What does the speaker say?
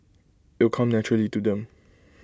it'll come naturally to them